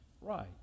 Right